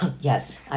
Yes